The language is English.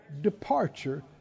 departure